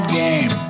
game